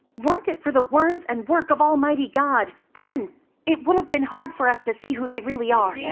weren't it for the words and work of almighty god, then it would have been hard for us to see who they really are. yeah